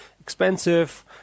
expensive